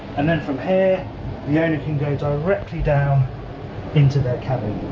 and then from here the owner can go directly down into their cabin,